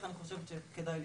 איך אני חושבת שכדאי להתנהל,